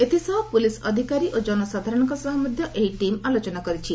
ଏଥିସହ ପୁଲିସ୍ ଅଧିକାରୀ ଓ ଜନସାଧାରଣଙ୍କ ସହ ମଧ୍ୟ ଏହି ଦଳ ଆଲୋଚନା କରିଛି